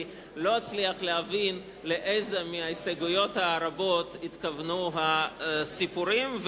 לא אצליח להבין לאיזו מההסתייגויות הרבות התכוונו הסיפורים,